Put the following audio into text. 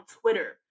Twitter